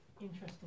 interesting